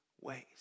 ways